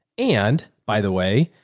and by the way,